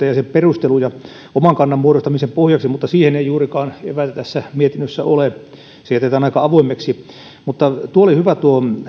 ja sen perusteluja siitä oman kannan muodostamisen pohjaksi mutta siihen ei juurikaan eväitä tässä mietinnössä ole se jätetään aika avoimeksi mutta tuo